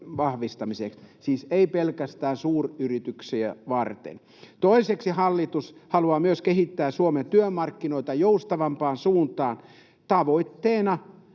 vahvistamiseksi, siis ei pelkästään suuryrityksiä varten. Toiseksi hallitus haluaa myös kehittää Suomen työmarkkinoita joustavampaan suuntaan, tavoitteena